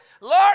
Lord